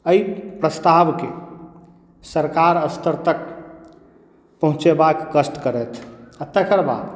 एहि प्रस्तावकेँ सरकार स्तर तक पहुँचेबाक कष्ट करथि आ तकर बाद